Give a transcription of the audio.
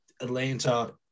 Atlanta